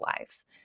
lives